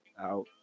out